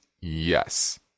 Yes